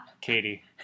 Katie